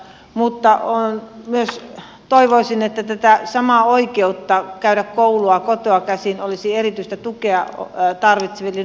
mutta toivoisin että tämä sama oikeus käydä koulua kotoa käsin olisi erityistä tukea tarvitsevilla nuorilla